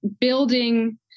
building